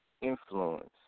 influence